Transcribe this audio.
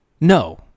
No